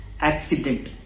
accident